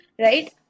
right